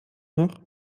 noch